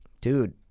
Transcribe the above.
Dude